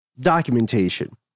documentation